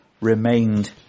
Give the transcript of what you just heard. remained